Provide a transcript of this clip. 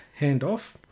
handoff